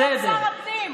עבאס היה שר הפנים.